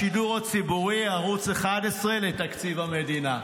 השידור הציבורי, ערוץ 11, לתקציב המדינה.